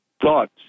thoughts